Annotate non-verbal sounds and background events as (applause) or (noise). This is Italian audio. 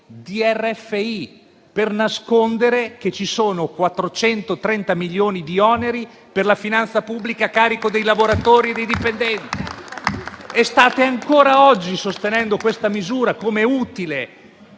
di RFI, per nascondere che ci sono 430 milioni di oneri per la finanza pubblica a carico dei lavoratori e dei dipendenti. (applause) Ancora oggi state sostenendo questa misura come utile,